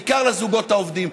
בעיקר לזוגות העובדים,